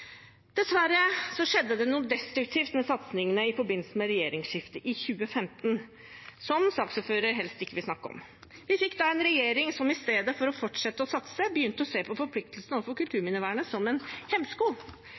Dessverre skjedde det noe destruktivt med satsingene i forbindelse med regjeringsskiftet i 2015 som saksordføreren helst ikke vil snakke om. Vi fikk da en regjering som i stedet for å fortsette å satse, begynte å se på forpliktelsene overfor kulturminnevernet som en hemsko.